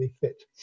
fit